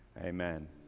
Amen